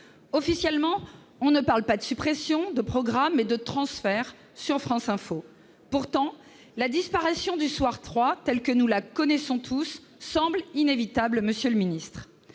Officiellement, on parle non pas de suppression de programme, mais de transfert sur Franceinfo. Pourtant, la disparition de l'émission, telle que nous la connaissons tous, semble inévitable, monsieur le ministre.